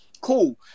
Cool